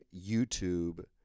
YouTube